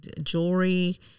jewelry